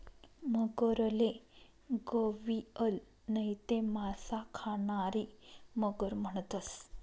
मगरले गविअल नैते मासा खानारी मगर म्हणतंस